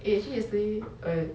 eh actually yesterday